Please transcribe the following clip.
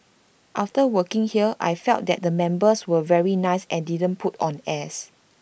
after working here I felt that the members were very nice and didn't put on airs